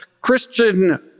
Christian